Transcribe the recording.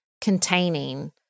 containing